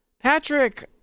Patrick